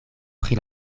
pri